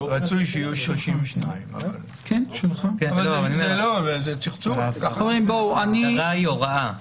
רצוי שיהיו 32. האסדרה היא הוראה.